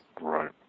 right